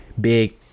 big